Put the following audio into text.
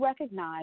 recognize